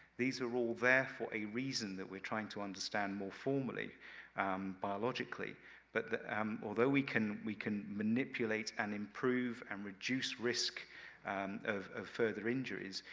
these are all there for a reason that we're trying to understand more formally biologically but um although we can we can manipulate, and improve, and reduce risk of of further injuries,